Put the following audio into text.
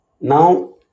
now